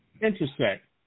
intersect